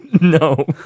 No